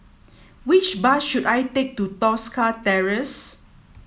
which bus should I take to Tosca Terrace